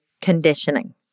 conditioning